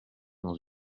dans